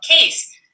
case